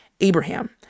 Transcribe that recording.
abraham